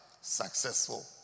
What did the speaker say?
successful